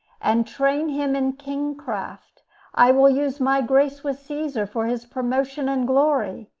and train him in kingcraft i will use my grace with caesar for his promotion and glory.